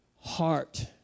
Heart